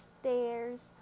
stairs